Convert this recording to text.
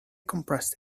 compressed